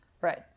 Right